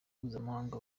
mpuzamahanga